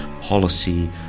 policy